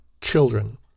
children